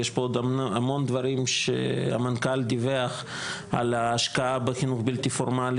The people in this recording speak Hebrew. יש פה עוד המון דברים שהמנכ"ל דיווח על ההשקעה בחינוך בלתי פורמלי,